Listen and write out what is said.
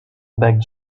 beg